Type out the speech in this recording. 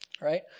right